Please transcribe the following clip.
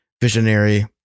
visionary